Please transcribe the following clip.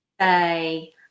say